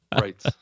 Right